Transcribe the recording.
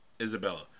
Isabella